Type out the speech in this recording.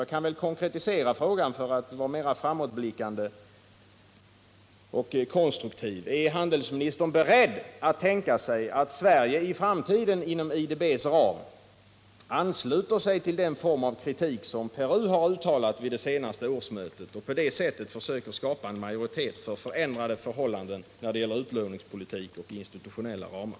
Jag kan konkretisera frågan för att vara mer framåtblickande och konstruktiv: Är handelsministern beredd att tänka sig att Sverige i framtiden inom IDB:s ram ansluter sig till den form av kritik som Peru uttalade vid det senaste årsmötet och på det sättet försöker skapa en majoritet för förändrade förhållanden när det gäller utlåningspolitik och institutionella ramar?